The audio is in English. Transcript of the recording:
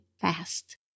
fast